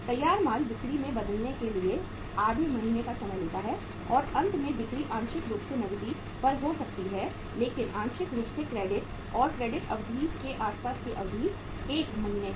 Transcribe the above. तैयार माल बिक्री में बदलने के लिए आधे महीने का समय लेता है और अंत में बिक्री आंशिक रूप से नकदी पर हो सकती है लेकिन आंशिक रूप से क्रेडिट और क्रेडिट अवधि के आसपास की अवधि 1 महीने है